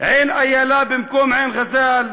עין-איילה במקום עין-ע'זאל,